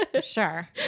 Sure